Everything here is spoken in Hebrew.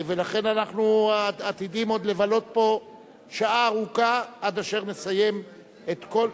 ולכן אנחנו עתידים עוד לבלות פה שעה ארוכה עד אשר נסיים את כל,